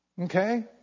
okay